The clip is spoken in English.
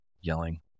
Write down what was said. yelling